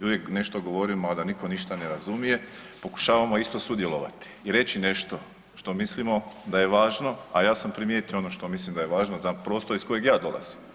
i uvijek nešto govorimo, a da nitko ništa ne razumije pokušavamo isto sudjelovati i reći nešto što mislimo da je važno, a ja sam primijetio ono što mislim da je važno za prostor iz kojeg ja dolazim.